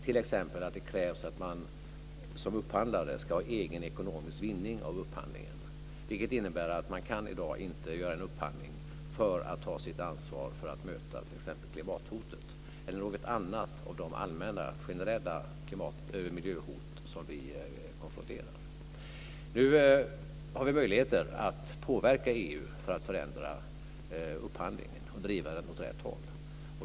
Det krävs t.ex. att man som upphandlare ska ha egen ekonomisk vinning av upphandlingen, vilket innebär att man i dag inte kan göra en upphandling och ta sitt ansvar för att möta t.ex. klimathotet eller något annat av de allmänna, generella miljöhot som vi konfronterar. Nu har vi möjligheter att påverka EU för att förändra upphandlingen och driva den åt rätt håll.